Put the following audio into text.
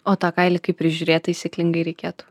o tą kailį kaip prižiūrėt taisyklingai reikėtų